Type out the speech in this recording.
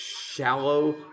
shallow